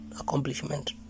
accomplishment